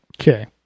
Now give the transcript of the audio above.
Okay